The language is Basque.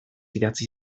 idatzi